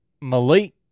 Malik